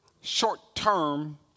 short-term